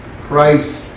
Christ